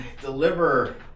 deliver